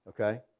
okay